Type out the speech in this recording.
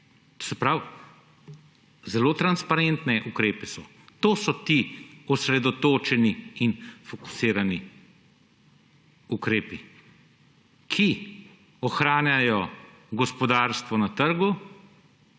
To se pravi, zelo transparentni ukrepi so. To so ti osredotočeni in fokusirani ukrepi, ki ohranjajo gospodarstvo na trgu